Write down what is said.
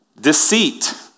Deceit